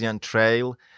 trail